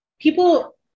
people